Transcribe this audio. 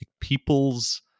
People's